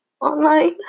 online